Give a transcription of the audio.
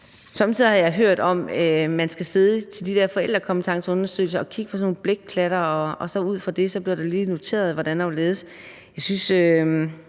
Jeg har hørt om, at man somme tider til de der forældrekompetenceundersøgelser skal sidde og kigge på sådan nogle blækklatter, og ud fra det bliver det lige noteret, hvordan og hvorledes. Jeg synes,